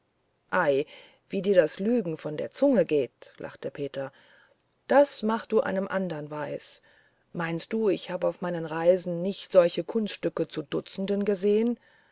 ei wie dir das lügen von der zunge geht lachte peter das mach du einem andern weis meinst du ich hab auf meinen reisen nicht solche kunststücke zu dutzenden gesehen